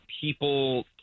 people